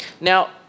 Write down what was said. Now